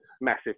massive